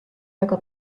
väga